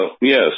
yes